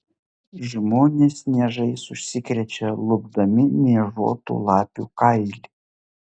žmonės niežais užsikrečia lupdami niežuotų lapių kailį